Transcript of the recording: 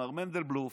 מר מנדלבלוף,